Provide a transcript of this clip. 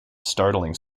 startling